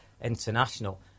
International